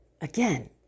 again